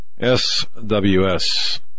SWS